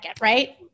right